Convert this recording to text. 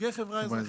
נציגי חברה אזרחית,